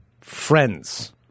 friends